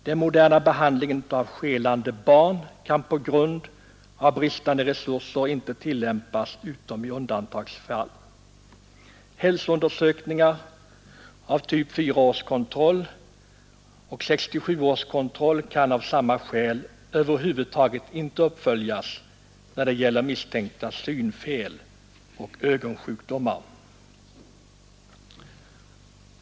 Den moderna behandlingen av skelande barn kan på grund av bristande resurser inte tillämpas utom i undantagsfall. Hälsoundersökningar av typ fyraårskontroll och 67-årskontroll kan av samma skäl över huvud taget inte uppföljas när det gäller misstänkta synfel och ögonsjukdomar.